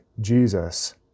Jesus